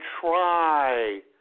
try